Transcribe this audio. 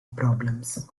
problems